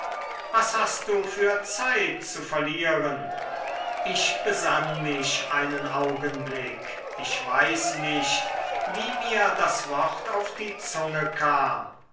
was hast du für zeit zu verlieren ich besann mich einen augenblick ich weiß nicht wie mir das wort auf die zunge kam